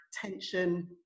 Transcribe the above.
tension